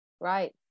right